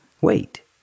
wait